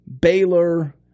Baylor